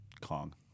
Kong